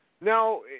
Now